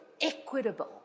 equitable